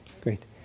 great